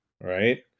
right